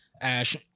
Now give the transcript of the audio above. Ash